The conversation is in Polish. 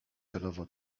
celowo